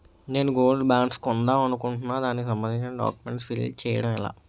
నేను gold bonds కొందాం అనుకుంటున్నా దానికి సంబందించిన డాక్యుమెంట్స్ ఫిల్ చేయడం ఎలా?